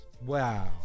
Wow